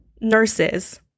nurses